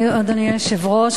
אדוני היושב-ראש,